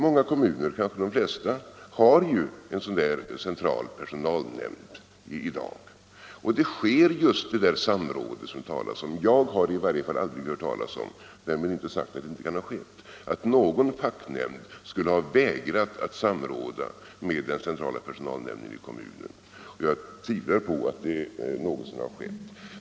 Många kommuner, kanske de flesta, har ju en central personalnämnd i dag, och man har just det där samrådet som det talas om. Jag har i varje fall aldrig hört — därmed inte sagt att det inte kan ha skett — att någon facknämnd skulle ha vägrat att samråda med den centrala personalnämnden i kommunen. Jag tvivlar på att det någonsin har skett.